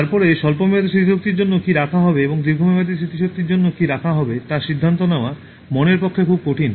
তারপরে স্বল্পমেয়াদী স্মৃতিশক্তির জন্য কী রাখা হবে এবং দীর্ঘমেয়াদী স্মৃতির জন্য কী রাখা হবে তা সিদ্ধান্ত নেওয়া মনের পক্ষে খুব কঠিন